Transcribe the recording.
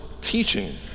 teaching